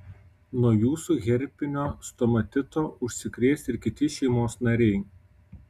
nuo jūsų herpinio stomatito užsikrės ir kiti šeimos nariai